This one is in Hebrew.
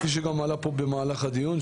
כפי שגם עלה פה במהלך הדיון,